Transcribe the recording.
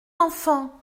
enfant